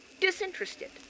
disinterested